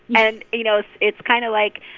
and, you know, it's kind of like,